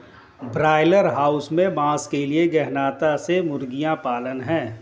broiler house में मांस के लिए गहनता से मुर्गियां पालना है